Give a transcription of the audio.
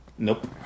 Nope